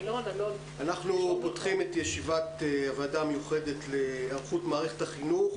אנחנו פותחים את הישיבה של הוועדה המיוחדת להיערכות מערכת החינוך.